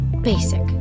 Basic